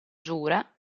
giura